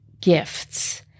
gifts